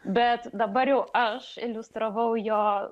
bet dabar jau aš iliustravau jo